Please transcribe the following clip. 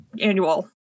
annual